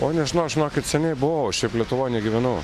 o nežinau žinokit seniai buvau šiaip lietuvoje gyvenu